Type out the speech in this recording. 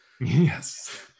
yes